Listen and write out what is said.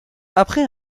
après